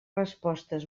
respostes